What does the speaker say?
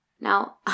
Now